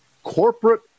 corporate